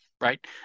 Right